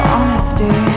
Honesty